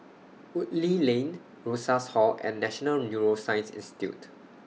Woodleigh Lane Rosas Hall and National Neuroscience Institute